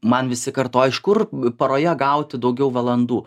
man visi kartoja iš kur paroje gauti daugiau valandų